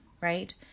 right